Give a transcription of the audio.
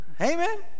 amen